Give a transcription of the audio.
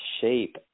shape